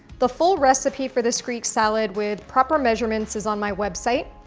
the full recipe for this greek salad with proper measurements is on my website,